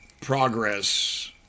progress